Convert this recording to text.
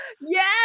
yes